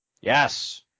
Yes